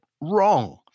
wrong